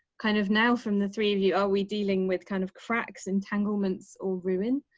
kind of now from the three of you are we dealing with kind of cracks, entanglements or ruin?